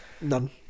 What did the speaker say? None